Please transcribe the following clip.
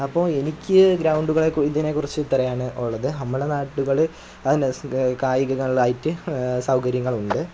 അപ്പോൾ എനിക്ക് ഗ്രൗണ്ടുകളെ ഇതിനെ കുറിച്ച് പറയാൻ ഉള്ളത് നമ്മളെ നാടുകളിൽ കായികങ്ങളിലായിട്ട് സൗകര്യങ്ങളുണ്ട്